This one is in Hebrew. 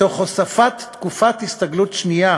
תוך הוספת תקופת הסתגלות שנייה,